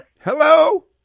Hello